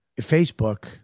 Facebook